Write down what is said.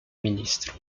ministro